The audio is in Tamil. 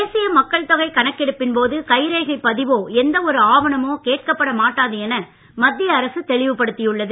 தேசிய மக்கள் தொகை கணக்கெடுப்பின் போது கைரேகை பதிவோ எந்த ஒரு ஆவணமோ கேட்கப்பட மாட்டாது என மத்திய அரசு தெளிவு படுத்தியுள்ளது